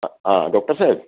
હ હા ડોક્ટર સાહેબ